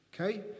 Okay